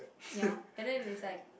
ya and then it's like